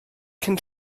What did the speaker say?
cyn